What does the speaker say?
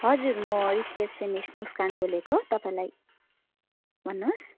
हजुर म रिसेप्सनिस्ट मुस्कान बोलेको तपाईँलाई भन्नुहोस्